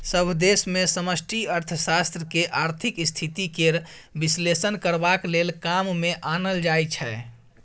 सभ देश मे समष्टि अर्थशास्त्र केँ आर्थिक स्थिति केर बिश्लेषण करबाक लेल काम मे आनल जाइ छै